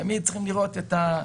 תמיד צריכים להיות פרקטיים,